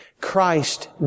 Christ